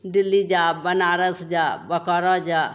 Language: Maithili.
दिल्ली जा बनारस जा बोकारो जा